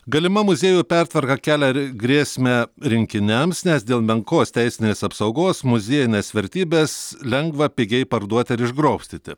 galima muziejų pertvarka kelia grėsmę rinkiniams nes dėl menkos teisinės apsaugos muziejines vertybes lengva pigiai parduoti ar išgrobstyti